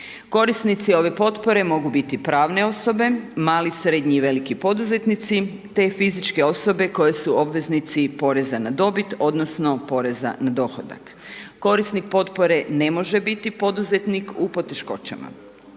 Korisnici ove potpore mogu biti pravne osobe, mali, srednji i veliki poduzetnici, te fizičke osobe koji su obveznici poreza na dobit, odnosno, poreza na dohodak. Korisnik potpore ne može biti poduzetnik u poteškoćama.